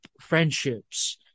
friendships